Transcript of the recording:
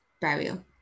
burial